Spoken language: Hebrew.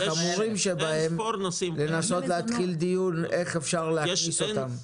צריך לנסות להתחיל דיון איך אפשר להכניס אותם.